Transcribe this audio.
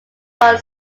are